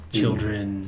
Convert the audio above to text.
children